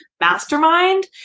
mastermind